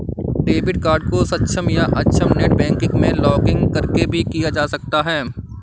debit card को सक्षम या अक्षम नेट बैंकिंग में लॉगिंन करके भी किया जा सकता है